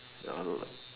ya I don't like